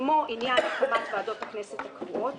כמו עניין הקמת ועדות הכנסת הקבועות